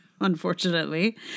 unfortunately